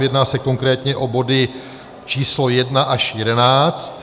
Jedná se konkrétně o body číslo 1 až 11.